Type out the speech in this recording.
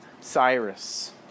Cyrus